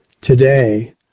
today